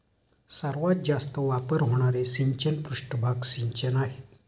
सर्वात जास्त वापर होणारे सिंचन पृष्ठभाग सिंचन आहे